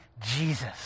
Jesus